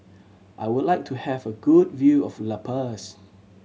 I would like to have a good view of La Paz